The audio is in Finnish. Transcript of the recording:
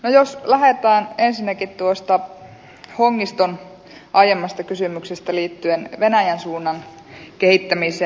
jos lähdetään ensinnäkin tuosta hongiston aiemmasta kysymyksestä liittyen venäjän suunnan kehittämiseen